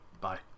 Bye